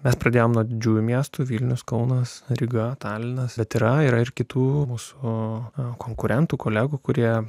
mes pradėjome nuo didžiųjų miestų vilnius kaunas ryga talinas bet yra yra ir kitų mūsų o konkurentų kolegų kurie